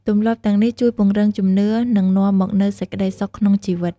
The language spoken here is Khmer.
ទម្លាប់ទាំងនេះជួយពង្រឹងជំនឿ និងនាំមកនូវសេចក្តីសុខក្នុងជីវិត។